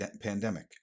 pandemic